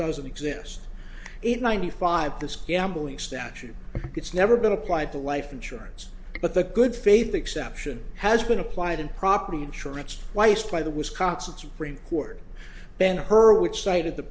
doesn't exist in ninety five this gambling statute it's never been applied to life insurance but the good faith exception has been applied and property insurance weist by the wisconsin supreme court ben hur which cited the